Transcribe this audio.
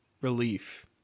relief